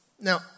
Now